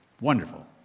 Wonderful